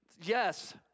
yes